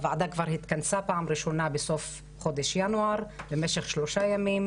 הוועדה כבר התכנסה פעם ראשונה בסוף חודש ינואר במשך שלושה ימים,